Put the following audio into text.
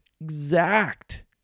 exact